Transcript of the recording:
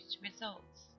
results